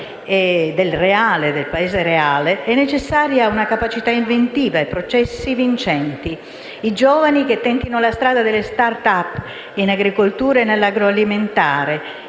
del Paese reale è necessaria una capacità inventiva e processi vincenti: giovani che tentino la strada delle *start-up* in agricoltura e nell'agroalimentare,